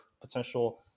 potential